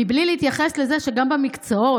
מבלי להתייחס לזה שגם במקצועות